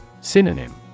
Synonym